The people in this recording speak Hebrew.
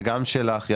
וגם שלך מוריה,